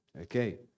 Okay